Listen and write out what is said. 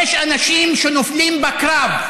יש אנשים שנופלים בקרב,